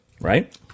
Right